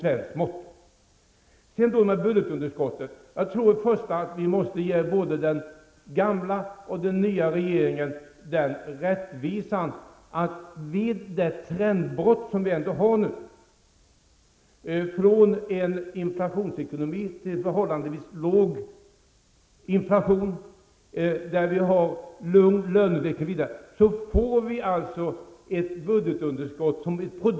Vidare har vi budgetunderskottet. Vi måste ge både den gamla och den nya regeringen den rättvisan att vid ett trendbrott, som vi har nu, från en inflationsekonomi till förhållandevis låg inflation, med ett lugnt löneläge, får man ett budgetunderskott.